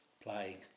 plague